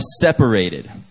separated